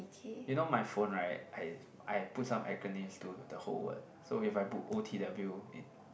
you know my phone right I I have put some acronyms to the whole word so if I put o_t_w